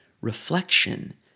reflection